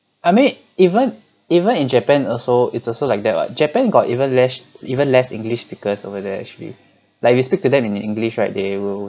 I mean even even in japan also it's also like that [what] japan got even less even less english speakers over there actually like we speak to them in english right they will